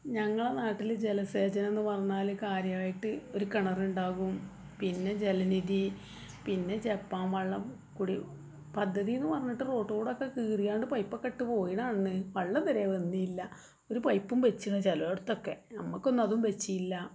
ഞങ്ങളെ നാട്ടിൽ ജലസേജനം എന്ന് പറഞ്ഞാൽ കാര്യമായിട്ട് ഒരു കിണറുണ്ടാവും പിന്നെ ജലനിധി പിന്നെ ജപ്പാൻ വെള്ളം പദ്ധതിയെന്ന് പറഞ്ഞിട്ട് റോട്ടിലൂടെയൊക്കെ കീറിക്കൊണ്ട് പൈപ്പൊക്കെ ഇട്ട് പോയിക്കാണ് വള്ളം ഇതുവരെ വന്നിട്ടില്ല ഒരു പൈപ്പും വച്ചിക്ക്ണ് ചിലയിടത്തൊക്കെ നമുക്കൊന്നും അതും വച്ചിട്ടില്ല